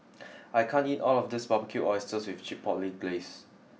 I can't eat all of this Barbecued Oysters with Chipotle Glaze